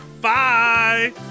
bye